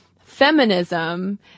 feminism